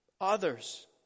others